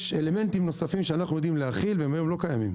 יש אלמנטים נוספים שאנחנו יודעים להחיל והיום הם לא קיימים.